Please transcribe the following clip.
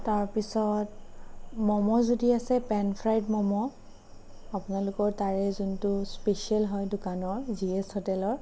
তাৰপিছত ম'ম' যদি আছে পেন ফ্ৰাইড ম'ম' আপোনালোকৰ তাৰে যোনটো স্পেচিয়েল হয় দোকানৰ জিএছ হোটেলৰ